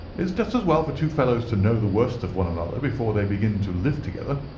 it's just as well for two fellows to know the worst of one another before they begin to live together.